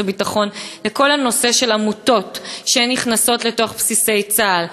והביטחון לכל הנושא של עמותות שנכנסות לתוך בסיסי צה"ל,